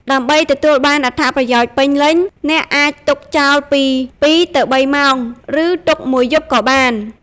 ដើម្បីទទួលបានអត្ថប្រយោជន៍ពេញលេញ អ្នកអាចទុកចោលពី ២ ទៅ ៣ ម៉ោង ឬទុកមួយយប់ក៏បាន។